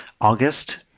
August